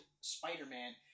Spider-Man